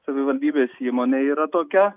savivaldybės įmonė yra tokia